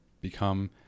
become